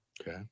Okay